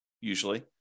usually